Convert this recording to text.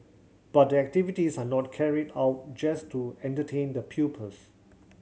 but the activities are not carried out just to entertain the pupils